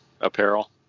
apparel